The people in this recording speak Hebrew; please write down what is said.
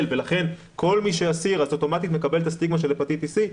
ולכן כל מי שאסיר אז אוטומטית מקבל את הסטיגמה של הפטיטיס סי,